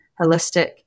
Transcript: holistic